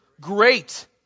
great